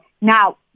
Now